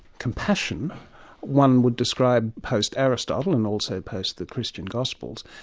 compassion one would describe post-aristotle, and also post the christian gospels,